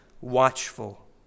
watchful